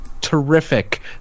Terrific